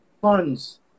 funds